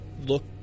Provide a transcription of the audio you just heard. look